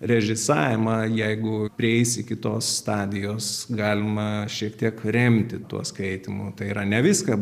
režisavimą jeigu prieis iki tos stadijos galima šiek tiek remti tuo skaitymu tai yra ne viską